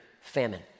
famine